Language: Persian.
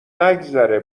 نگذره